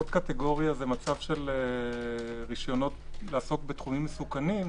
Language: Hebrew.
עוד קטגוריה היא רשיונות לעסוק בתחומים מסוכנים,